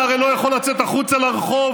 אתה הרי לא יכול לצאת החוצה לרחוב,